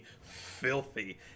filthy